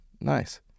nice